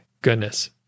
goodness